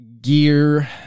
gear